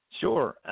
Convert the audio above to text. Sure